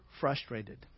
frustrated